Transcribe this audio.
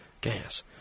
gas